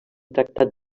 tractat